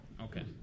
Okay